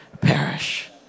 perish